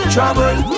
Trouble